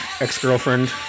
ex-girlfriend